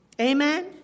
Amen